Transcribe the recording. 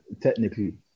technically